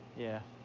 yeah.